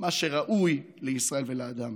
מה שראוי לישראל ולאדם".